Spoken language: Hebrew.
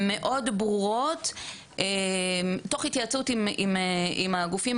ייתכן בהתייעצות ייתכן